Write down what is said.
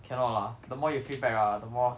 cannot lah the more you feedback ah the more